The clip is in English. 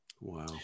Wow